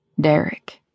Derek